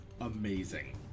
amazing